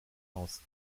aus